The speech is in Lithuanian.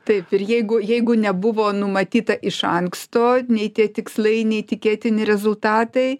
taip ir jeigu jeigu nebuvo numatyta iš anksto nei tie tikslai neįtikėtini rezultatai